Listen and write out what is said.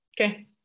Okay